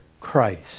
Christ